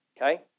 okay